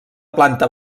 planta